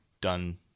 done